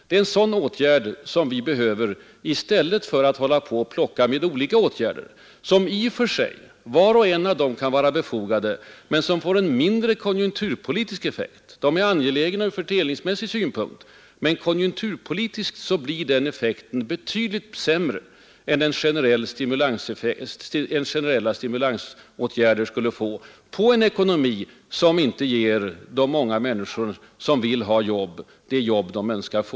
Det är en sådan åtgärd vi behöver i stället för att hålla på att plocka med olika åtgärder, som i och för sig alla kan vara befogade — de är t.ex. angelägna från fördelningsmässig synpunkt — men som får en betydligt sämre konjunkturpolitisk effekt än en generell stimulansåtgärd på en ekonomi, som inte ger de många människor som vill ha jobb de jobb de önskar få.